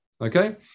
Okay